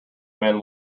man